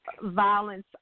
Violence